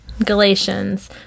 Galatians